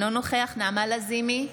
אינו נוכח נעמה לזימי,